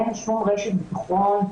אין שום רשת ביטחון.